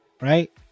right